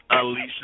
Alicia